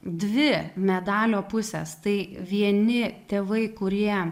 dvi medalio pusės tai vieni tėvai kurie